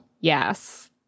yes